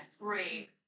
great